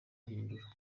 bihindura